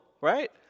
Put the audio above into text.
right